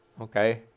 Okay